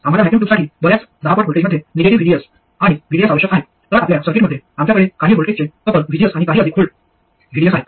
आम्हाला व्हॅक्यूम ट्यूबसाठी बर्याच दहापट व्होल्ट्समध्ये निगेटिव्ह VGS आणि VDS आवश्यक आहेत तर आपल्या सर्किटमध्ये आमच्याकडे काही व्होल्टचे कपल VGS आणि काही अधिक व्होल्ट VDS आहेत